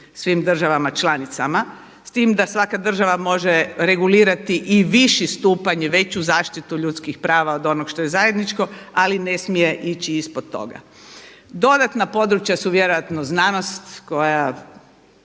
svim državama članicama. S time da svaka država može regulirati i viši stupanj i veću zaštitu ljudskih prava od onog što je zajedničko ali ne smije ići ispod toga. Dodatna područja su vjerojatno znanost koja